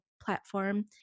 platform